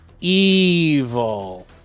evil